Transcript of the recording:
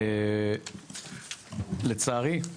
לצערי,